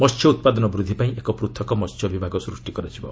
ମସ୍ୟ ଉତ୍ପାଦନ ବୃଦ୍ଧି ପାଇଁ ଏକ ପୂଥକ ମତ୍ୟ ବିଭାଗ ସୃଷ୍ଟି କରାଯିବ